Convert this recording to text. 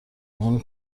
اون